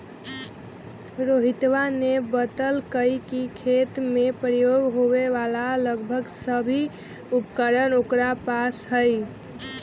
रोहितवा ने बतल कई कि खेत में प्रयोग होवे वाला लगभग सभी उपकरण ओकरा पास हई